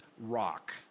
rock